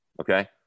okay